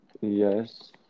Yes